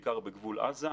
בעיקר בגבול עזה,